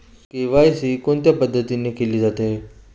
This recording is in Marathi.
के.वाय.सी कोणत्या पद्धतीने केले जाते?